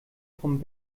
von